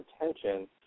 attention